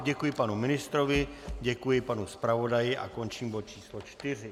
Děkuji panu ministrovi, děkuji panu zpravodaji a končím bod číslo 4.